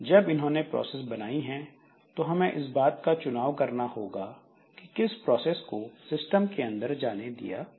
जब उन्होंने प्रोसेस बनाई हैं तो हमें इस बात का चुनाव करना होगा कि किस प्रोसेस को सिस्टम के अंदर आने दिया जाए